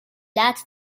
that